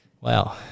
Wow